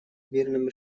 мирным